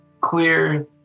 clear